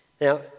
Now